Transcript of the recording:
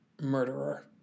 Murderer